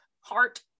heart